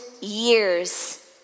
years